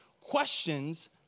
Questions